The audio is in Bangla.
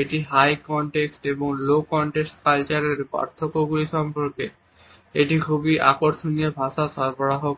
এটি হাই কন্টেক্সট এবং লো কন্টেক্সট কালচারের পার্থক্যগুলি সম্পর্কে একটি খুব আকর্ষণীয় ভাষ্য সরবরাহ করে